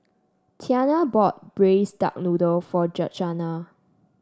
Tianna bought Braised Duck Noodle for Georgeanna